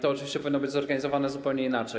To oczywiście powinno być zorganizowane zupełnie inaczej.